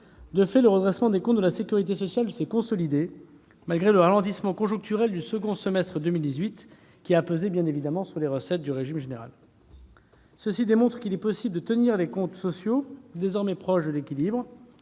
De fait, le redressement des comptes de la sécurité sociale s'est consolidé malgré le ralentissement conjoncturel du second semestre 2018 qui a pesé sur les recettes du régime général. Cela démontre qu'il est possible de tenir les comptes sociaux, désormais proches de l'équilibre-